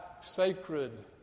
sacred